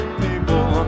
people